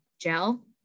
gel